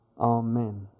Amen